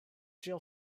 jill